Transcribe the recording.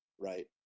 right